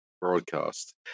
broadcast